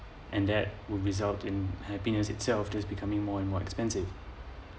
and that will result in happiness itself is becoming more and more expensive